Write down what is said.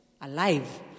alive